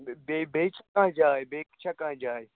بیٚیہِ بیٚیہِ چھا کانٛہہ جاے بیٚیہِ تہِ چھا کانٛہہ جاے